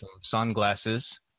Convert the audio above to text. sunglasses